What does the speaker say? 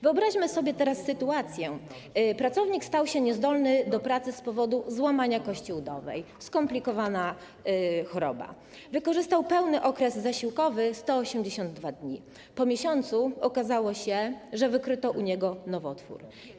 Wyobraźmy sobie teraz sytuację: pracownik stał się niezdolny do pracy z powodu złamania kości udowej - skomplikowana choroba - wykorzystał pełny okres zasiłkowy 182 dni, po miesiącu okazało się, że wykryto u niego nowotwór.